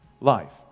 life